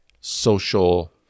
social